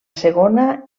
segona